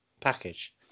package